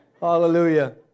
Hallelujah